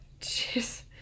Jeez